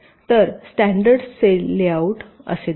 तर standard cell layout असे दिसते